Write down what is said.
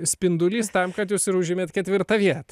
spindulys tam kad jūs užėmėt ketvirtą vietą